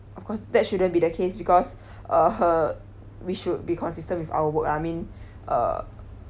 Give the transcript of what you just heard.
of course that shouldn't be the case because uh we should be consistent with our work I mean uh